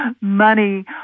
money